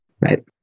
Right